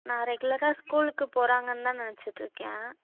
நான் ரெகுலராக ஸ்கூலுக்கு போகிறாங்கன்னு தான் நினைச்சிட்டு இருக்கேன்